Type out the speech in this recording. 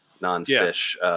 non-fish